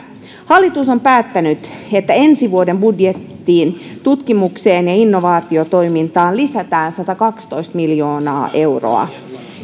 hallitus on päättänyt että ensi vuoden budjettiin lisätään tutkimukseen ja ja innovaatiotoimintaan satakaksitoista miljoonaa euroa